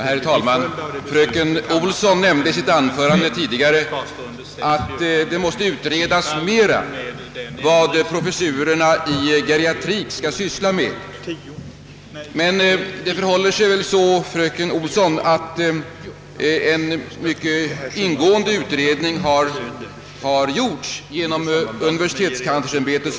Herr talman! Fröken Olsson sade i sitt anförande, att det måste utredas ytterligare vad innehavare av professurer i geriatrik skall syssla med. Det förhåller sig väl ändå så, fröken Olsson, att en mycket ingående utredning har gjorts genom universitetskanslersämbetet.